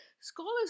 Scholars